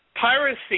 piracy